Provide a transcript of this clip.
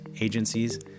agencies